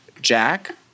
Jack